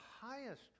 highest